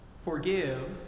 Forgive